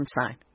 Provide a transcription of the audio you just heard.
sign